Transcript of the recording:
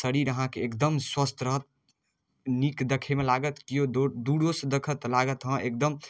शरीर अहाँके एकदम स्वस्थ रहत नीक देखैमे लागत केओ दूरोसँ देखत तऽ लागत हँ एकदम